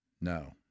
No